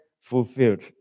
fulfilled